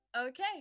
okay